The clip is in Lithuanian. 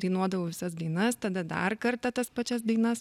dainuodavau visas dainas tada dar kartą tas pačias dainas